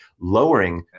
lowering